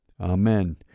Amen